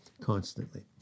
Constantly